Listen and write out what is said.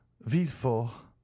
Villefort